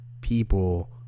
people